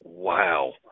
Wow